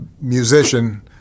musician